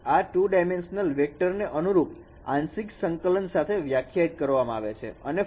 આ એક 2 dimensional vector ને અનુરૂપ આંશિક સંકલન સાથે વ્યાખ્યાયિત કરવામાં આવે છે